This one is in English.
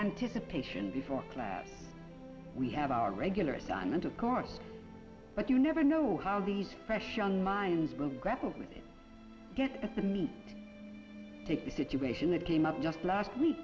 anticipation before class we have our regular assignment of course but you never know how these fresh young minds will grapple with it get to me take the situation that came up just last week